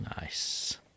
Nice